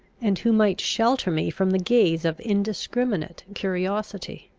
and who might shelter me from the gaze of indiscriminate curiosity.